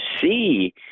see